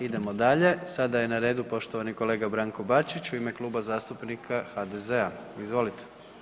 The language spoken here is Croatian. Idemo dalje, sada je na redu poštovani kolega Branko Bačić u ime Kluba zastupnika HDZ-a, izvolite.